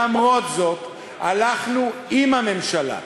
למרות זאת הלכנו עם הממשלה.